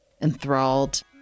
enthralled